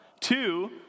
Two